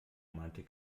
mahnte